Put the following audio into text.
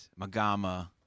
Magama